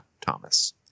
Thomas